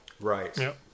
Right